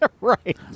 Right